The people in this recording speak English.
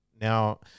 Now